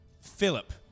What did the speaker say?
Philip